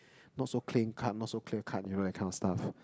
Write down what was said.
not so clean cut not so clear cut you know that kind of stuff